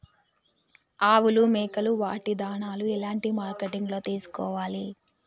ఆవులు మేకలు వాటి దాణాలు ఎలాంటి మార్కెటింగ్ లో తీసుకోవాలి?